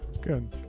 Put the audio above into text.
Good